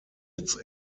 its